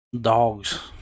dogs